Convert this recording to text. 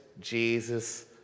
Jesus